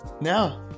Now